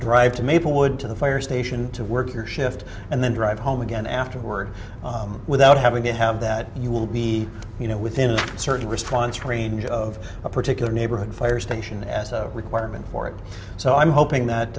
drive to maplewood to the fire station to work your shift and then drive home again afterward without having to have that you will be you know within a certain response range of a particular neighborhood fire station as a requirement for it so i'm hoping that